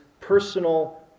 personal